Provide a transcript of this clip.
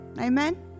Amen